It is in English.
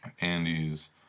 Andy's